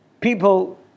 people